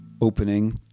opening